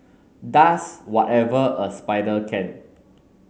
does whatever a spider can